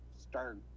start